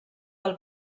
del